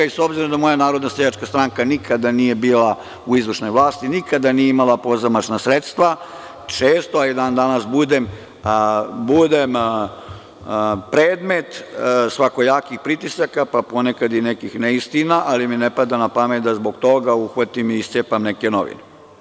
S obzirom da moja Narodna seljačka stranka nikada nije bila u izvršnoj vlasti, nikada nije imala pozamašna sredstva, često a i dan danas budem predmet svakojakih pritisaka, pa ponekad i nekih neistina, ali mi ne pada na pamet da zbog toga uhvatim i iscepam neke novine.